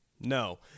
no